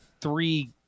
three